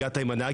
הגעת עם הנהג.